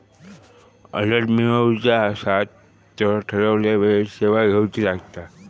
alert मिळवुचा असात तर ठरवलेल्या वेळेन सेवा घेउची लागात